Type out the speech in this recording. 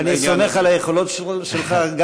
אני סומך על היכולות שלך.